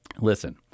Listen